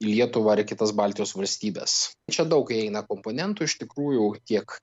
į lietuvą ar į kitas baltijos valstybes čia daug įeina komponentų iš tikrųjų tiek